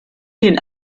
den